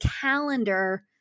calendar